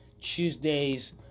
Tuesday's